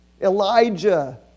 Elijah